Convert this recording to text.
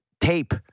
tape